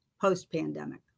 post-pandemic